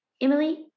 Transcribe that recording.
Emily